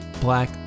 Black